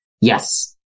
Yes